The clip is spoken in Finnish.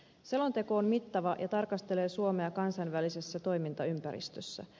selonteko on mittava ja tarkastelee suomea kansainvälisessä toimintaympäristössä